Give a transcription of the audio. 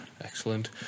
Excellent